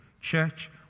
Church